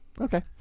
Okay